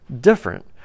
different